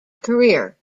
career